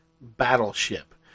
battleship